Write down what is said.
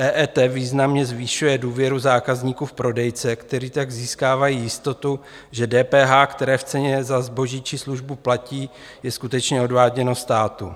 EET významně zvyšuje důvěru zákazníků v prodejce, kteří tak získávají jistotu, že DPH, které v ceně za zboží či službu platí, je skutečně odváděno státu.